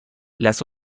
las